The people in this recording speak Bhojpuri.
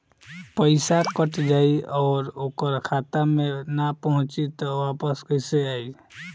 पईसा कट जाई और ओकर खाता मे ना पहुंची त वापस कैसे आई?